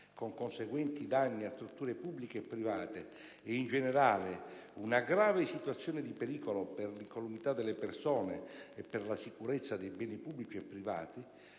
con conseguenti danni a strutture pubbliche e private e, in generale, una grave situazione dì pericolo per l'incolumità delle persone e per la sicurezza dei beni pubblici e privati,